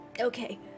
Okay